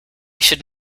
should